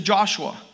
Joshua